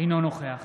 אינו נוכח